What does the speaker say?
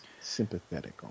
Sympathetic